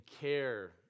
care